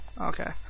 Okay